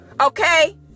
okay